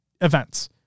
events